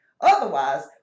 Otherwise